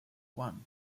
one